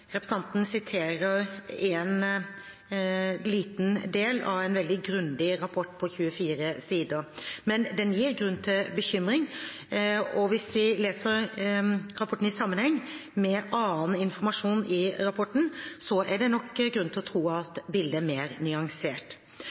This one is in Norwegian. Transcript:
Representanten siterer en liten del av en veldig grundig rapport på 24 sider. Men den gir grunn til bekymring. Hvis vi leser dette i sammenheng med annen informasjon i rapporten, er det nok grunn til å tro at bildet er mer